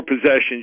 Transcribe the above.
possessions